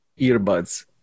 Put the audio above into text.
earbuds